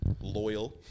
Loyal